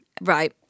Right